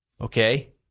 okay